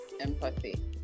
empathy